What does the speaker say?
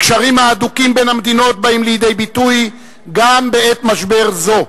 הקשרים ההדוקים בין המדינות באים לידי ביטוי גם בעת משבר זו.